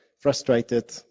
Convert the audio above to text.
frustrated